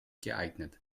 geeignet